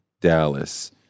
Dallas